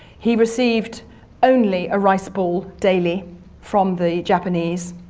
he received only a rice ball daily from the japanese,